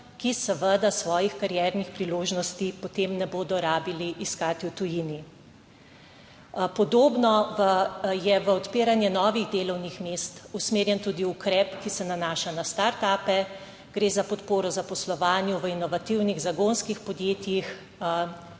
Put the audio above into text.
ki seveda svojih kariernih priložnosti potem ne bodo rabili iskati v tujini. Podobno je v odpiranje novih delovnih mest usmerjen tudi ukrep, ki se nanaša na startupe, gre za podporo zaposlovanju v inovativnih zagonskih podjetjih